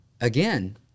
again